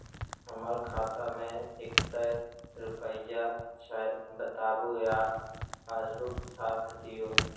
हमर खाता में विकतै रूपया छै बताबू या पासबुक छाप दियो?